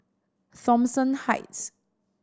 Thomson Heights